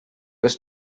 was